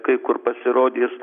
kai kur pasirodys